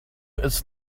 its